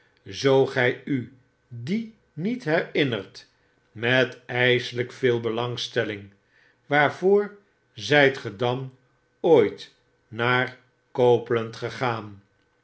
zoo gy u die niet herinnert met ijselijk veel belangstelling waarvoor zyt ge dan ooit naar copeland gegaan